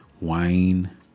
wine